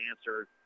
answer